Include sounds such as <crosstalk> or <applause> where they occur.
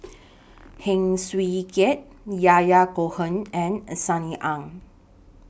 <noise> Heng Swee Keat Yahya Cohen and Sunny Ang